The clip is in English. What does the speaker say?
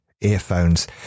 earphones